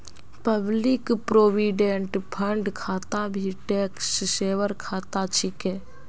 public provident fund खाता भी tax saver खाता छिके